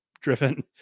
driven